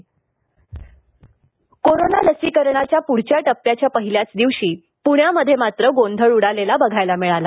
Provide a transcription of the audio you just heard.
पणे लसीकरण गोंधळ कोरोना लसीकरणाच्या पुढच्या टप्प्याच्या पहिल्याच दिवशी पुण्यामध्ये मात्र गोंधळ उडालेला बघायला मिळाला